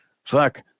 Fuck